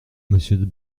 monsieur